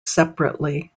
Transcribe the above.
separately